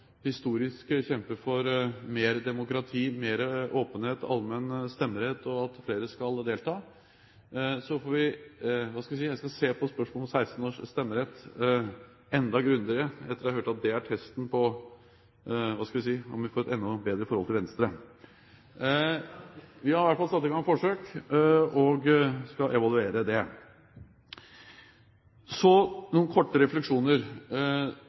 historisk å kjempe for mer demokrati, mer åpenhet, allmenn stemmerett og at flere skal delta. Jeg skal se på spørsmålet om stemmerett for 16-åringer enda grundigere – etter at jeg hørte at det er testen på – hva skal jeg si – om vi får et enda bedre forhold til Venstre. Vi har i hvert fall satt i gang forsøk og skal evaluere det. Så to–tre korte refleksjoner